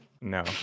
No